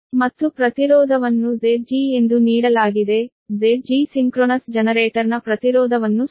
ಮತ್ತು ಪ್ರತಿರೋಧವನ್ನು Zg ಎಂದು ನೀಡಲಾಗಿದೆ Zg ಸಿಂಕ್ರೊನಸ್ ಜನರೇಟರ್ನ ಪ್ರತಿರೋಧವನ್ನು ಸೂಚಿಸುತ್ತದೆ